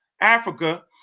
Africa